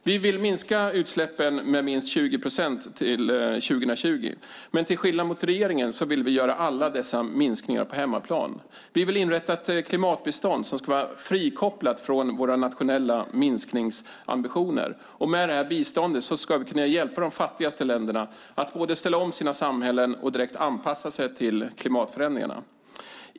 Vi vill minska utsläppen med minst 40 procent till 2020, men till skillnad från regeringen vill vi göra alla dessa minskningar på hemmaplan. Vi vill inrätta ett klimatbistånd som ska vara frikopplat från våra nationella minskningsambitioner, och med detta bistånd ska vi kunna hjälpa de fattigaste länderna att både ställa om sina samhällen och direkt anpassa sig till klimatförändringarna.